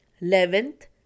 eleventh